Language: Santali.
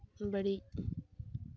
ᱵᱟᱹᱲᱤᱡ